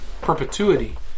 perpetuity